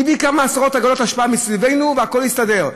הוא הביא כמה עשרות עגלות אשפה מסביבנו והכול הסתדר.